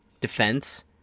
defense